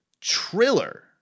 triller